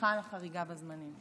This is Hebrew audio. וסליחה על החריגה בזמנים.